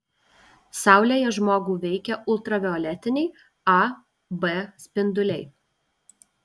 saulėje žmogų veikia ultravioletiniai a b spinduliai